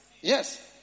Yes